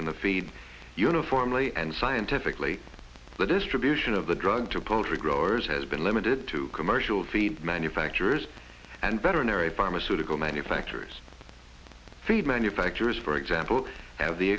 in the feed uniformly and scientifically the distribution of the drug to poultry growers has been limited to commercial feed manufacturers and veterinary pharmaceutical manufacturers feed manufacturers for example have the